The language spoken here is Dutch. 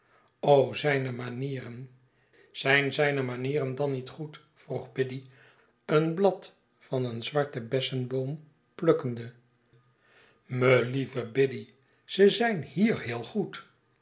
zijne manieren zijn zijne manieren dan niet goed vroeg biddy een blad van een zwarten besseboom plukkende me lieve biddy ze zijn hier heel goed